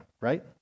right